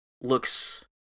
looks